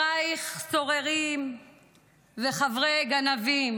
"שרַיִך סוררים וחברי גנבים,